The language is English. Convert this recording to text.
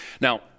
Now